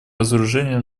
разоружению